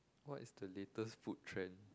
what is the latest food trend